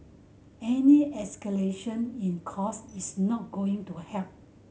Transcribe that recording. any escalation in cost is not going to help